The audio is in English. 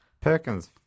Perkins